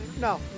No